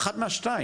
אחת מהשתיים.